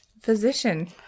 physician